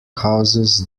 houses